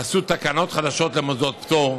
עשו תקנות חדשות למוסדות פטור.